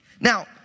Now